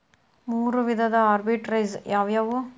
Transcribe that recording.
ಮೂರು ವಿಧದ ಆರ್ಬಿಟ್ರೆಜ್ ಯಾವವ್ಯಾವು?